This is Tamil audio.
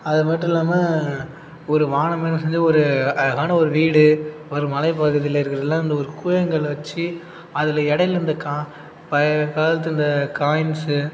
அது மட்டும் இல்லாமல் ஒரு வானம்மாரி செஞ்சு ஒரு அழகான ஒரு வீடு ஒரு மழை பகுதியில இருக்குறதுலாம் இந்த ஒரு கூழாங்கல்லை வச்சு அதில் இடையில இந்த கா பழைய காலத்து இந்த காயின்ஸு